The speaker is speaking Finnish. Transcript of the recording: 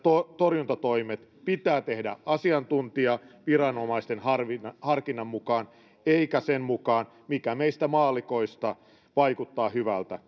torjuntatoimet pitää tehdä asiantuntijaviranomaisten harkinnan harkinnan mukaan eikä sen mukaan mikä meistä maallikoista vaikuttaa hyvältä